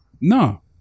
no